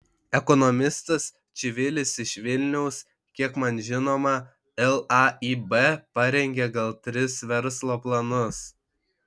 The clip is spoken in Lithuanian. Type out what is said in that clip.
ekonomistas čivilis iš vilniaus kiek man žinoma laib parengė gal tris verslo planus